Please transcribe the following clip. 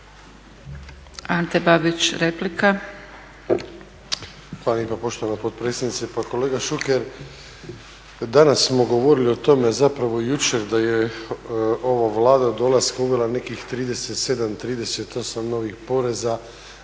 Ante Babić, replika.